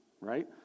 right